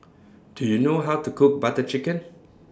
Do YOU know How to Cook Butter Chicken